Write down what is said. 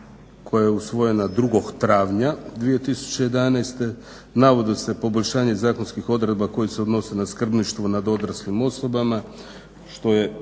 koja je usvojena 2011.